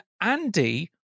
Andy